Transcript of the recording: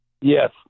Yes